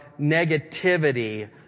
negativity